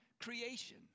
creation